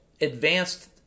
advanced